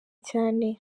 cyane